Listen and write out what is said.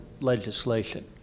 legislation